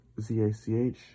Z-A-C-H